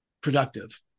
productive